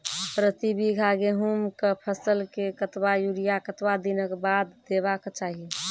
प्रति बीघा गेहूँमक फसल मे कतबा यूरिया कतवा दिनऽक बाद देवाक चाही?